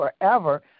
forever